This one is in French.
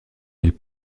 elles